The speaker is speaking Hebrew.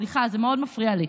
סליחה, זה מאוד מפריע לי.